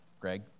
Greg